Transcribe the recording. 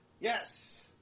Yes